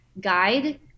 guide